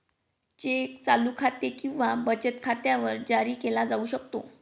check चालू खाते किंवा बचत खात्यावर जारी केला जाऊ शकतो